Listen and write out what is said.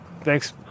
Thanks